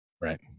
Right